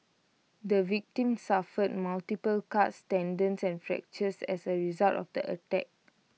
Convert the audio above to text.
the victim suffered multiple cut tendons and fractures as A result of the attack